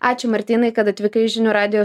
ačiū martynai kad atvykai į žinių radijo